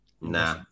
Nah